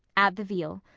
add the veal.